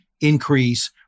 increase